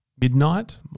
midnight